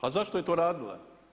A zašto je to radila?